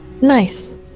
Nice